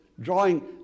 drawing